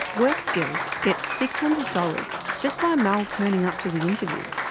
workskills get six hundred dollars just by mel turning up to the interview.